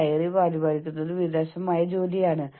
ഒരു റോൾ ആവശ്യപ്പെടുന്നതും ഉയർന്നേക്കാം